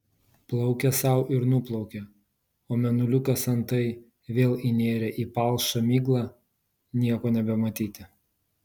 plaukė sau ir nuplaukė o mėnuliukas antai vėl įnėrė į palšą miglą nieko nebematyti